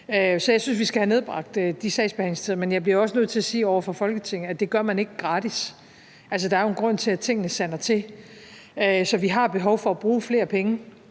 Så jeg synes, vi skal have nedbragt de sagsbehandlingstider, men jeg bliver også nødt til at sige over for Folketinget, at det gør man ikke gratis. Altså, der er jo en grund til, at tingene sander til. Så vi har behov for at bruge flere penge